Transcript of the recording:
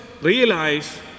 realize